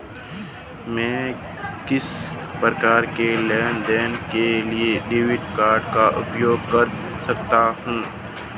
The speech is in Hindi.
मैं किस प्रकार के लेनदेन के लिए क्रेडिट कार्ड का उपयोग कर सकता हूं?